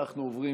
אנחנו עוברים